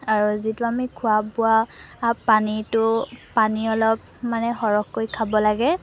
আৰু যিটো আমি খোৱা বোৱা পানীটো পানী অলপ মানে সৰহকৈ খাব লাগে